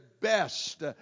best